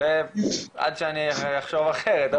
עד שאחשוב אחרת.